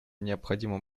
необходимо